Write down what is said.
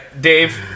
Dave